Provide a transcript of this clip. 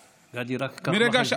מרגע,